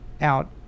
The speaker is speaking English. out